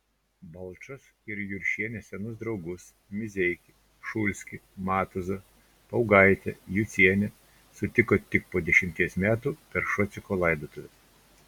balčas ir juršienė senus draugus mizeikį šulskį matuzą paugaitę jucienę sutiko tik po dešimties metų per šociko laidotuves